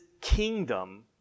kingdom